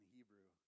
Hebrew